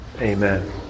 Amen